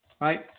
right